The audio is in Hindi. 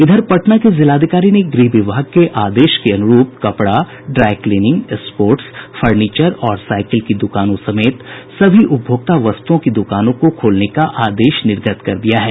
इधर पटना के जिलाधिकारी ने गृह विभाग के आदेश के अनुरूप कपड़ा ड्राई क्लिनिंग स्पोर्ट्स फर्निचर और साईकिल की दुकानों समेत सभी उपभोक्ता वस्तुओं की दुकानों को खोलने का आदेश निर्गत कर दिया है